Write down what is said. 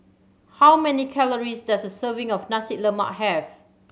how many calories does a serving of Nasi Lemak have